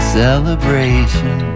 celebration